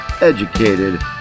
educated